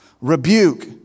rebuke